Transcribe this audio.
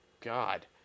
God